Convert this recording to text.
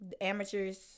Amateur's